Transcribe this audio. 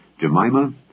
Jemima